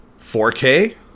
4K